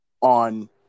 on